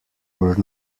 were